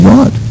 God